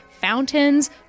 fountains